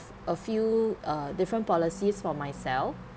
a few uh different policies for myself